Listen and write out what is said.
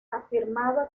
afirmaba